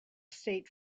state